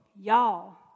Y'all